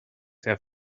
have